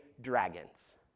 dragons